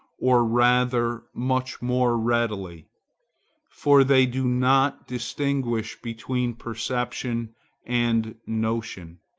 or rather much more readily for they do not distinguish between perception and notion.